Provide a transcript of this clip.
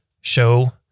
show